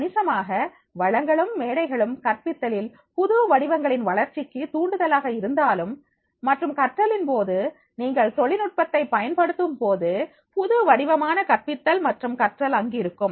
கணிசமாக வளங்களும் மேடைகளும் கற்பித்தலில் புது வடிவங்களின் வளர்ச்சிக்கு தூண்டுதலாக இருந்தாலும் மற்றும் கற்றலின் போது நீங்கள் தொழில்நுட்பத்தை பயன்படுத்தும் போது புதிய வடிவமான கற்பித்தல் மற்றும் கற்றல் அங்கிருக்கும்